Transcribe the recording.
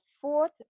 fourth